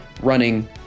running